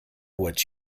what